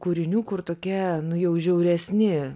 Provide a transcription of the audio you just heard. kūrinių kur tokie nu jau žiauresni